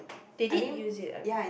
they did use it I b~